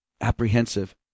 apprehensive